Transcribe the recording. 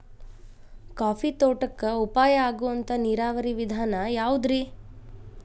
Coffee ತೋಟಕ್ಕ ಉಪಾಯ ಆಗುವಂತ ನೇರಾವರಿ ವಿಧಾನ ಯಾವುದ್ರೇ?